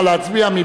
נא להצביע.